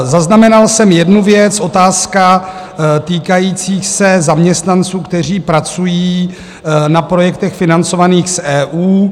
Zaznamenal jsem jednu věc otázka týkající se zaměstnanců, kteří pracují na projektech financovaných z EU.